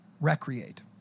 recreate